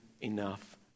enough